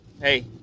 hey